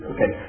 Okay